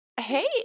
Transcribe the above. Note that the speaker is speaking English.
Hey